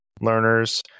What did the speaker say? learners